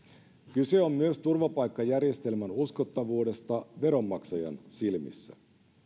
kyse on myös turvapaikkajärjestelmän uskottavuudesta veronmaksajan silmissä